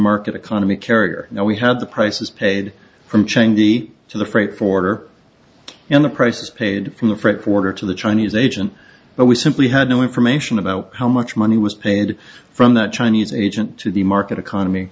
market economy carrier and we had the prices paid from chain de to the freight forwarder in the prices paid from the french quarter to the chinese agent but we simply had no information about how much money was made from that chinese agent to the market economy